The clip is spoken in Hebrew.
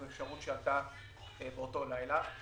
זאת אפשרות שעלתה באותו לילה.